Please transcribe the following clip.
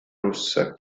rossa